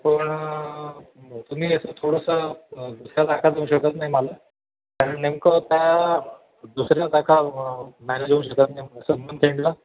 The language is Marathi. पण तुम्ही असं थोडंसं दुसऱ्या तारखा देऊ शकत नाही मला कारण नेमकं त्या दुसऱ्या तारखा मॅनेज होऊ शकत नाही मंथएंडला